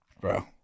Bro